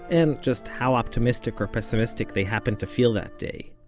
and just how optimistic or pessimistic they happen to feel that day.